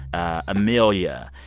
amelia,